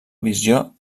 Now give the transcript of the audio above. visió